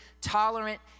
tolerant